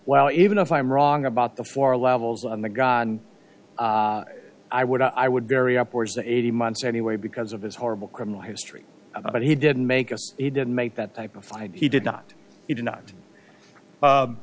well even if i'm wrong about the four levels on the guy i would i would very upwards of eighty months anyway because of his horrible criminal history but he didn't make a he didn't make that type of five he did not he did not